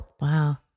Wow